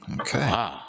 Okay